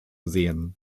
sehen